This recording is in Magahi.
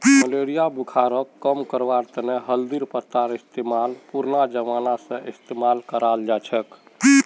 मलेरिया बुखारक कम करवार तने हल्दीर पत्तार इस्तेमाल पुरना जमाना स इस्तेमाल कराल जाछेक